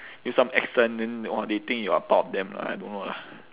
use some accent then they !wah! they think you are part of them lah I don't know lah